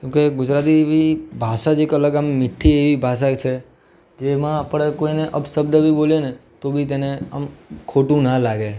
કેમ કે ગુજરાતી બી ભાષા જ એક અલગ આમ મીઠી એવી ભાષા છે જેમાં આપણે કોઈને અપશબ્દ બી બોલીએ ને તો બી તેને આમ ખોટું ના લાગે